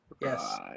Yes